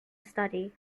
study